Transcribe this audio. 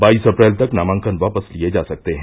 बाईस अप्रैल तक नामांकन वापस लिये जा सकते है